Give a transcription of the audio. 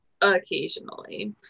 occasionally